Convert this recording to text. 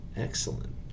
Excellent